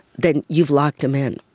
then you've locked them in.